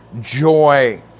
joy